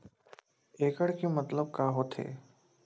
एकड़ के मतलब का होथे?